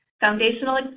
Foundational